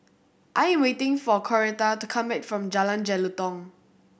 I am waiting for Coretta to come back from Jalan Jelutong